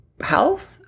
health